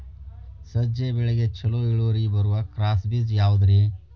ಸಜ್ಜೆ ಬೆಳೆಗೆ ಛಲೋ ಇಳುವರಿ ಬರುವ ಕ್ರಾಸ್ ಬೇಜ ಯಾವುದ್ರಿ?